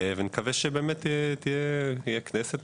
ונקווה שבאמת יהיה כנסת,